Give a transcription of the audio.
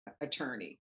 attorney